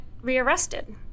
rearrested